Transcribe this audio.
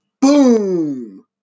Boom